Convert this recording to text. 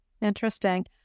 Interesting